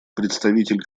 представитель